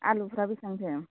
आलुफ्रा बिसिबांथो